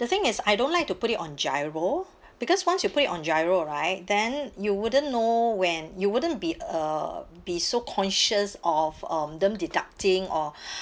the thing is I don't like to put it on GIRO because once you put it on GIRO right then you wouldn't know when you wouldn't be uh be so conscious of um them deducting or